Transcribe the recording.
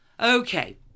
Okay